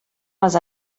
les